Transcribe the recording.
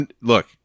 Look